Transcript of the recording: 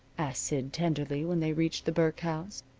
asked sid tenderly, when they reached the burke house.